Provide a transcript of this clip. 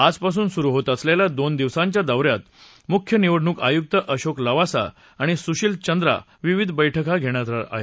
आजपासून सुरु होत असलेल्या दोन दिवसांच्या दौ यात मुख्य निवडणूक आयुक्त अशोक लवासा आणि सुशील चंद्रा विविध बैठका घेणार आहेत